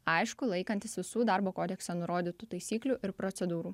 aišku laikantis visų darbo kodekse nurodytų taisyklių ir procedūrų